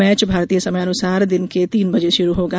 match भारतीय समयानुसार दिन के तीन बजे शुरू होगा